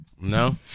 No